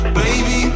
baby